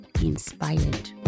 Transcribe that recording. inspired